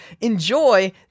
Enjoy